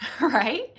right